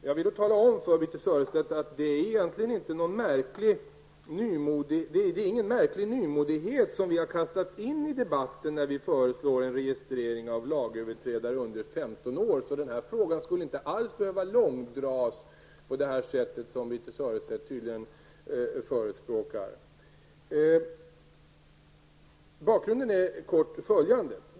Jag vill då tala om för Birthe Sörestedt att det inte alls är någon märklig nymodighet som vi har kastat in i debatten när vi föreslår en registrering av lagöverträdare under 15 år, så den här frågan skulle inte alls behöva långdras på det sätt som Birthe Sörestedt tydligen förespråkar. Bakgrunden är i korthet följande.